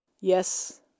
Yes